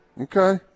Okay